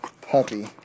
puppy